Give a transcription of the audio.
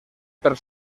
per